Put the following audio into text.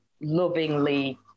lovingly